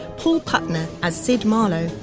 paul putner as sid marlowe,